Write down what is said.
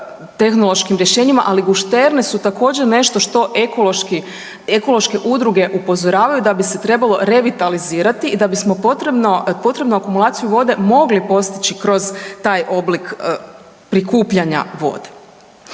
tehnološkim rješenjima, ali gušterne su također nešto što ekološki, ekološke udruge upozoravaju da bi se trebalo revitalizirati i da bismo potrebnu akumulaciju vode mogli postići kroz taj oblik prikupljanja vode.